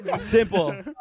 Simple